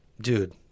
Dude